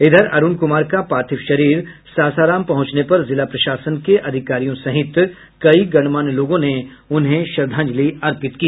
इधर अरूण कुमार का पार्थिव शरीर सासाराम पहुंचने पर जिला प्रशासन के अधिकारियों सहित कई गणमान्य लोगों ने उन्हें श्रद्धांजलि अर्पित की